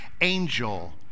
angel